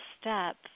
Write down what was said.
step